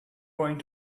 going